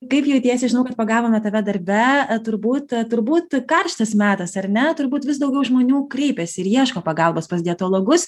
kaip jautiesi žinau kad pagavome tave darbe turbūt turbūt karštas metas ar ne turbūt vis daugiau žmonių kreipiasi ir ieško pagalbos pas dietologus